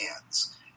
hands